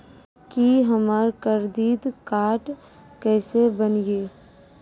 की हमर करदीद कार्ड केसे बनिये?